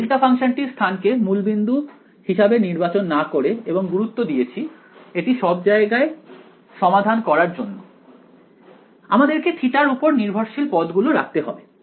delta ফাংশনটির স্থানকে মূলবিন্দু হিসাবে নির্বাচন না করে এবং গুরুত্ব দিয়েছি এটি সব জায়গায় সমাধান করার জন্য আমাদেরকে থিটা এর উপর নির্ভরশীল পদ গুলো রাখতে হবে